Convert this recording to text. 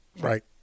Right